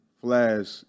flash